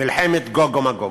מלחמת גוג ומגוג.